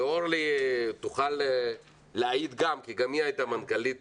ואורלי תוכל להעיד כי גם היא הייתה מנכ"לית